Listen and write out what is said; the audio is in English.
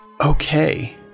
Okay